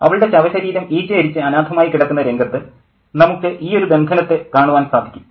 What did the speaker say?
അവളുടെ ശവശരീരം ഈച്ചയരിച്ച് അനാഥമായി കിടക്കുന്ന രംഗത്ത് നമുക്ക് ഈയൊരു ബന്ധനത്തെ കാണുവാൻ സാധിക്കും